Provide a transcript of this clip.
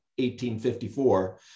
1854